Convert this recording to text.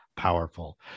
powerful